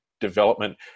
development